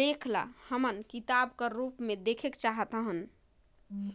लेख ल हमन किताब कर रूप देहेक चाहत हन